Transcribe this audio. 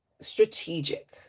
strategic